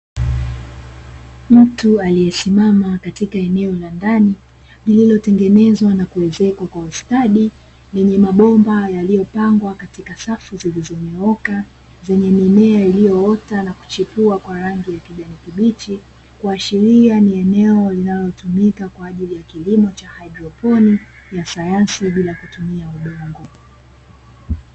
Mtu aliyesimama katika eneo la ndani lililotengenezwa na kuezekwa kwa ustadi, lenye mabomba yaliyopangwa katika safu zilizonyooka, zenye mimea iliyoota na kuchipua kwa rangi ya kijani kibichi, kuashiria ni eneo linalotumika kwa ajili ya kilimo cha haidroponi ya sayansi bila kutumia udongo.